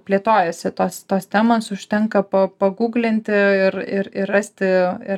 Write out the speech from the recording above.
plėtojasi tos tos temos užtenka pa paguglinti ir ir ir rasti ir